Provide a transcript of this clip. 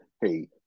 hey